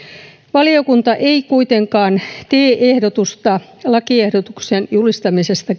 valiokunta ei kuitenkaan tee ehdotusta lakiehdotuksen julistamisesta